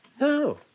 no